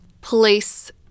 Police